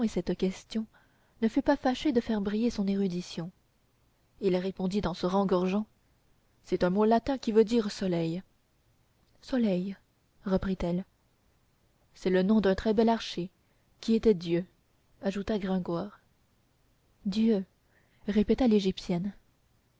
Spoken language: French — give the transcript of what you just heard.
cette question ne fut pas fâché de faire briller son érudition il répondit en se rengorgeant c'est un mot latin qui veut dire soleil soleil reprit-elle c'est le nom d'un très bel archer qui était dieu ajouta gringoire dieu répéta l'égyptienne